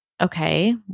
okay